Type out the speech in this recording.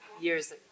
years